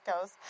goes